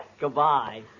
goodbye